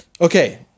Okay